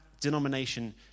denomination